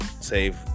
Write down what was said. save